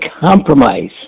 compromise